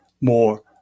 more